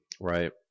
Right